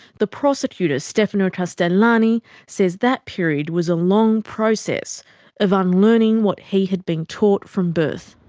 the prosecutor stefano castellani says that period was a long process of unlearning what he had been taught from birth.